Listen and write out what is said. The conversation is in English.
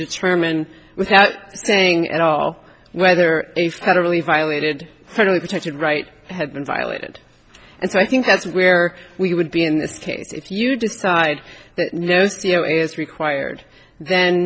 determine without saying at all whether a federally violated federally protected right had been violated and so i think that's where we would be in this case if you decide that no c e o is required then